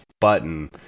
button